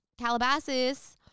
Calabasas